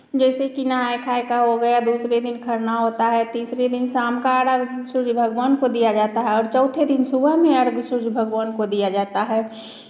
जैसे कि नहाय खाय का हो गया दूसरे दिन खरना होता है तीसरे दिन शाम का अरग सूर्य भगवान को दिया जाता है और चौथे दिन सुबह में अर्घ्य सूर्य भगवान को दिया जाता है